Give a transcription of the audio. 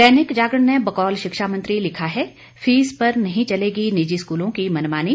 दैनिक जागरण ने बकौल शिक्षा मंत्री लिखा है फीस पर नहीं चलेगी निजी स्कूलों की मनमानी